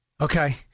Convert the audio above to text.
Okay